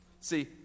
See